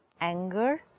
anger